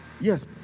Yes